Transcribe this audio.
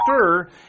stir